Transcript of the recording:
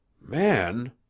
Man